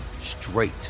straight